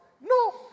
No